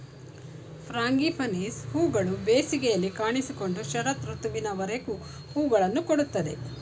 frangipanis ಹೂಗಳು ಬೇಸಿಗೆಯಲ್ಲಿ ಕಾಣಿಸಿಕೊಂಡು ಶರತ್ ಋತುವಿನವರೆಗೂ ಹೂಗಳನ್ನು ಕೊಡುತ್ತದೆ